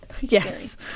Yes